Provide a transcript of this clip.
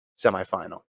semifinal